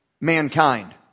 mankind